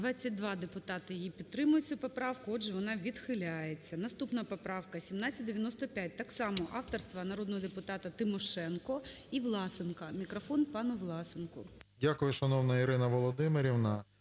22 депутати її підтримують, цю поправку. Отже, вона відхиляється. Наступна поправка - 1795. Так само авторство народного депутата Тимошенко і Власенко. Мікрофон пану Власенку. 13:31:56 ВЛАСЕНКО С.В. Дякую, шановна Ірина Володимирівна.